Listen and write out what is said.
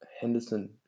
Henderson